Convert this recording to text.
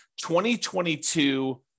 2022